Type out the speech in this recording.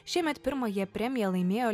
šiemet pirmąją premiją laimėjo